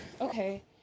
okay